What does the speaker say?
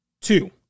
Two